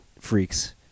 freaks